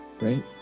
right